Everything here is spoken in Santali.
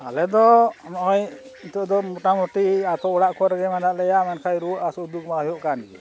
ᱟᱞᱮᱫᱚ ᱱᱚᱜ ᱚᱭ ᱱᱤᱛᱳᱜ ᱫᱚ ᱢᱚᱴᱟᱢᱩᱴᱤ ᱟᱛᱳ ᱚᱲᱟᱜ ᱠᱚᱨᱮᱜᱮ ᱢᱮᱱᱟᱜ ᱞᱮᱭᱟ ᱢᱮᱱᱠᱷᱟᱱ ᱨᱩᱣᱟᱹᱜ ᱦᱟ ᱥᱩ ᱫᱩᱠᱼᱢᱟ ᱦᱩᱭᱩᱜ ᱠᱟᱱ ᱜᱮᱭᱟ